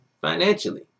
financially